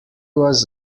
was